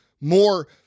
more